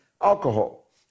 alcohol